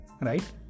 right